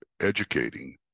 educating